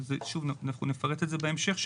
ואנחנו נפרט את זה בהמשך,